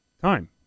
Time